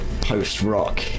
post-rock